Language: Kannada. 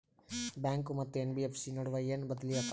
ಬ್ಯಾಂಕು ಮತ್ತ ಎನ್.ಬಿ.ಎಫ್.ಸಿ ನಡುವ ಏನ ಬದಲಿ ಆತವ?